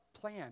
plan